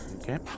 Okay